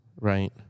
Right